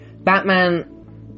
Batman